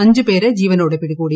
അഞ്ചു പേരെ ജീവനോടെ പിടികൂടി